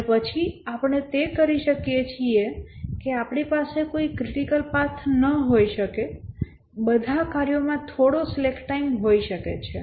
અને પછી આપણે તે કરી શકીએ છીએ કે આપણી પાસે કોઈ ક્રિટિકલ પાથ ન હોઈ શકે બધા કાર્યોમાં થોડો સ્લેક ટાઇમ હોઈ શકે છે